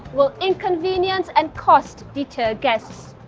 will inconvenience and cost deter guests?